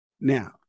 Now